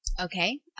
Okay